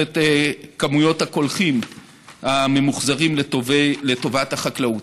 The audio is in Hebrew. את כמויות הקולחים הממוחזרים לטובת החקלאות.